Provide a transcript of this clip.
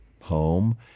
home